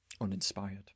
uninspired